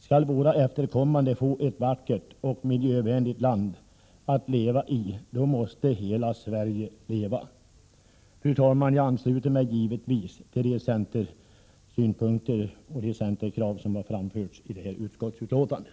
Skall våra efterkommande få ett vackert och miljövänligt land att leva i måste hela Sverige leva. Fru talman! Jag ansluter mig givetvis till de centerkrav som har framförts i utskottsbetänkandet.